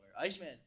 Iceman